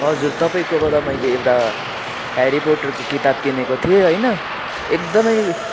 हजुर तपाईँकोबाट मैले एउटा हेरी पोटरको किताब किनेको थिएँ होइन एकदमै